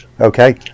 Okay